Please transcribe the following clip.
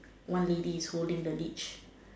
one lady is holding the leash